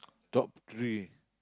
top three